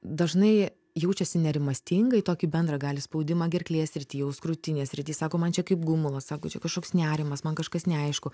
dažnai jaučiasi nerimastingai tokį bendrą gali spaudimą gerklės srity jaust krūtinės srity sako man čia kaip gumulas sako čia kažkoks nerimas man kažkas neaišku